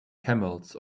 camels